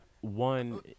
One